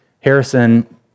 Harrison